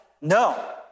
no